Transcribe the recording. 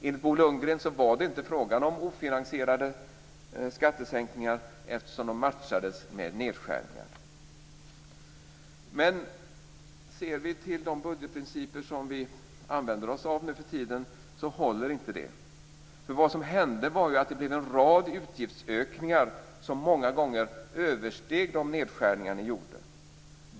Enligt Bo Lundgren var det inte fråga om ofinansierade skattesänkningar, eftersom de matchades med nedskärningar. Men sett till de budgetprinciper vi använder oss av nuförtiden håller inte det. Vad som hände var ju att det blev en rad utgiftsökningar som många gånger översteg de nedskärningar ni gjorde.